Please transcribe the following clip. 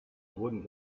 wurden